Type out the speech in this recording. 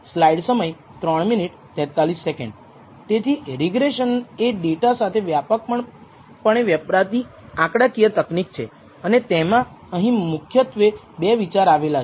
તેથી રિગ્રેસન એ ડેટા સાથે વ્યાપક પણે વપરાતી આંકડાકીય તકનીક છે અને તેમાં અહીંયા મુખ્યત્વે 2 વિચાર આવેલા છે